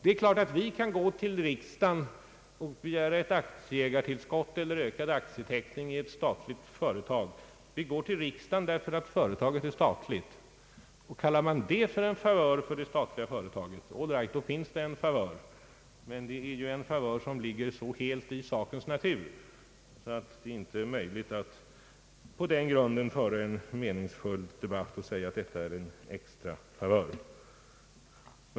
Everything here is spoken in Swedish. Det är givet att vi kan gå till riksdagen och begära ett aktieägartillskott eller ökad aktieteckning i ett statligt företag. Vi går till riksdagen för att företaget är statligt, och kallar man detta en favör för det statliga företaget — all right, då finns det en favör. Men det är en favör som ligger så helt i sakens natur att det inte är möjligt att på den grunden föra en meningsfull debatt och säga, att detta är en extrafavör.